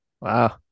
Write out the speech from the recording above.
Wow